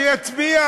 שיצביע,